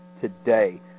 today